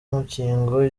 mukigo